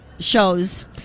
Shows